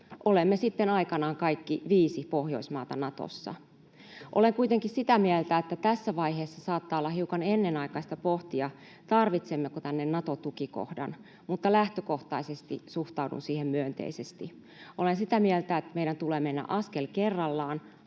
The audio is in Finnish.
Olemme sitten aikanaan kaikki viisi Pohjoismaata Natossa. Olen kuitenkin sitä mieltä, että tässä vaiheessa saattaa olla hiukan ennenaikaista pohtia, tarvitsemmeko tänne Nato-tukikohdan, mutta lähtökohtaisesti suhtaudun siihen myönteisesti. Olen sitä mieltä, että meidän tulee mennä askel kerrallaan